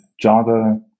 Java